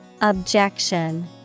Objection